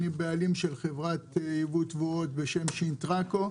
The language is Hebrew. אני בעלים של חברת ייבוא תבואות בשם שינטרקו,